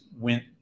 went